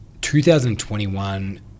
2021